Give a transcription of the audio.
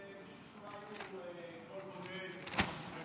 מישהו שאולי הוא קול בודד בתוך המפלגה,